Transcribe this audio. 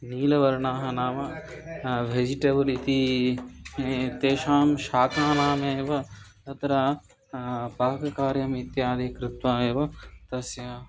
नीलवर्णाः नाम वेजिटेबल् इति तेषां शाकानामेव तत्र पाककार्यम् इत्यादि कृत्वा एव तस्य